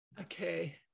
Okay